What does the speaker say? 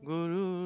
Guru